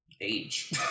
age